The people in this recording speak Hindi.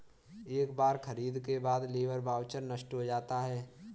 एक बार खरीद के बाद लेबर वाउचर नष्ट हो जाता है